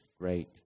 great